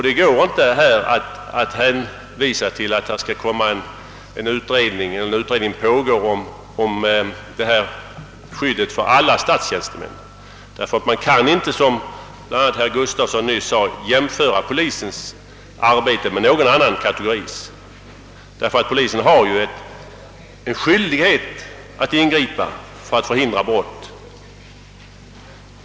Det går inte att i detta fall hänvisa till att det pågår en utredning om sådant skydd för alla statstjänstemän. Som bl.a. herr Gustafsson i Borås nyss sagt kan man inte jämföra polismäns arbete med någon annan kategoris, eftersom polisen har skyldighet att ingripa för att förhindra brott.